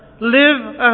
Live